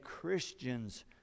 Christians